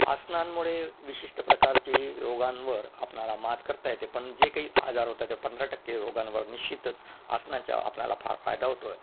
आसनांमुळे विशिष्ट प्रकारचे रोगांवर आपणाला मात करता येते पण जे काही आजार होता ते पंधरा टक्के रोगांवर निश्चितच आसनाच्या आपणाला फार फायदा होतो आहे